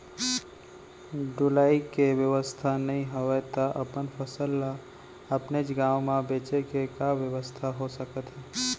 ढुलाई के बेवस्था नई हवय ता अपन फसल ला अपनेच गांव मा बेचे के का बेवस्था हो सकत हे?